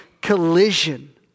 collision